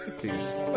please